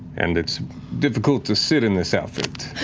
and it's difficult to sit in this outfit,